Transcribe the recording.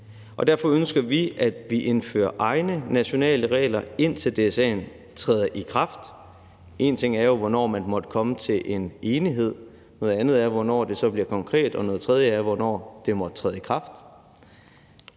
Derfor ønsker vi, at vi indfører egne nationale regler, indtil DSA'en træder i kraft. Én ting er jo, hvornår man måtte komme til en enighed, noget andet er, hvornår det så bliver konkret, og noget tredje er, hvornår det måtte træde i kraft.